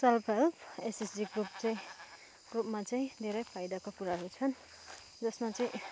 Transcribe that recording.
self help SSG group चाहिँ ग्रुपमा चाहिँ धेरै फाइदाको कुराहरू छन् जसमा चाहिँ